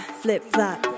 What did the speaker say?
flip-flop